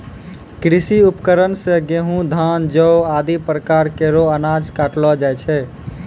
कृषि उपकरण सें गेंहू, धान, जौ आदि प्रकार केरो अनाज काटलो जाय छै